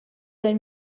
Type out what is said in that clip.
ein